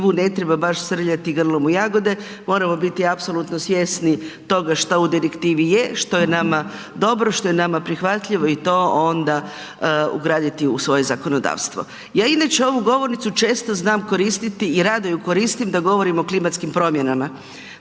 ne treba baš srljati grlom u jagode, moramo biti apsolutno svjesni toga što u direktivi je, što je nama dobro, što je nama prihvatljivo i to onda ugraditi u svoje zakonodavstvo. Ja inače ovu govornicu često znam koristiti i rado ju koristim da govorim o klimatskim promjenama,